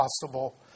possible